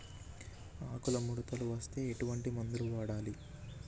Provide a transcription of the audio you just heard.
ఆకులు ముడతలు వస్తే ఎటువంటి మందులు వాడాలి?